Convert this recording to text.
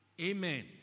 Amen